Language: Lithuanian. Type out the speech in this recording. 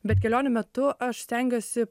bet kelionių metu aš stengiuosi